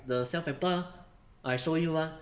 the 三百八 I show you [one]